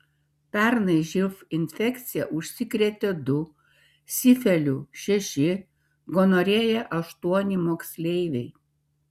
pernai živ infekcija užsikrėtė du sifiliu šeši gonorėja aštuoni moksleiviai